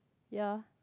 ya